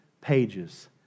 pages